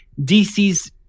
DCs